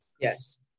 Yes